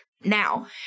now